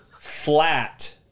flat